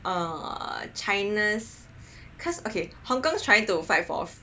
err China's because okay Hong Kong's trying to fight off